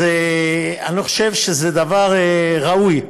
אז אני חושב שזה דבר ראוי,